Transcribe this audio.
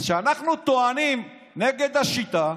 אז כשאנחנו טוענים נגד השיטה,